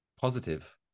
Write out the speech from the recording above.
positive